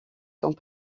sont